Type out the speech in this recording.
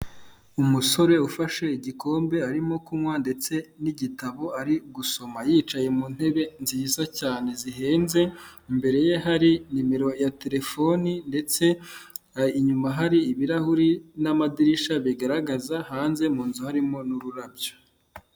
Umusore ufashe igikombe arimo kunywa ndetse n'igitabo ari gusoma, yicaye mu ntebe nziza cyane zihenze, imbere ye hari nimero ya telefoni ndetse inyuma hari ibirahuri n'amadirishya bigaragaza hanze, mu nzu harimo n'ururabyo.